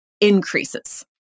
increases